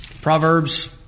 Proverbs